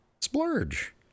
splurge